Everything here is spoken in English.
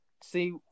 see